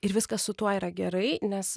ir viskas su tuo yra gerai nes